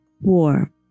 Warm